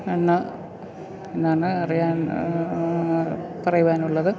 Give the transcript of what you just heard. എന്ന് ഞാൻ അറിയാൻ പറയുവാനുള്ളത്